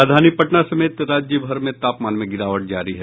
राजधानी पटना समेत राज्यभर में तापमान में गिरावट जारी है